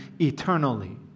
eternally